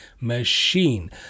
machine